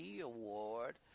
award